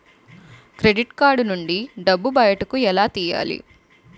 Credit card నుంచి డబ్బు బయటకు ఎలా తెయ్యలి?